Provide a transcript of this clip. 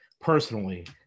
personally